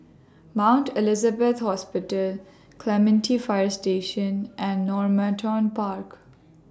Mount Elizabeth Hospital Clementi Fire Station and Normanton Park